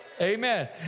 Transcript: Amen